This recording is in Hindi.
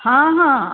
हाँ हाँ